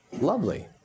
lovely